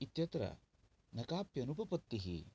इत्यत्र न काप्यनुपपत्तिः